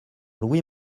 louis